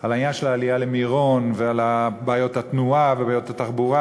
על העניין של העלייה למירון ועל בעיות התנועה ובעיות התחבורה,